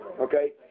okay